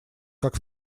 как